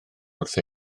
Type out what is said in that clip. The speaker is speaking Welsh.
wrth